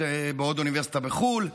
בעוד אוניברסיטה בחו"ל,